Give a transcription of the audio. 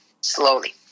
slowly